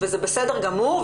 וזה בסדר גמור,